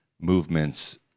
movements